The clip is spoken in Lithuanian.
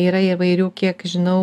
yra įvairių kiek žinau